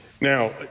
Now